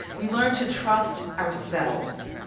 we learn to trust ourselves.